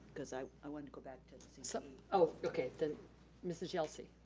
because i i wanted to go back to. so oh, okay, then mrs. chelsea.